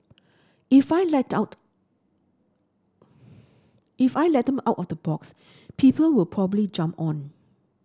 if I let out if I let them out of the box people will probably jump on